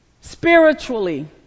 Spiritually